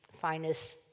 finest